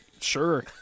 Sure